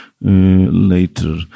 Later